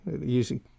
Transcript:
using